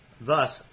Thus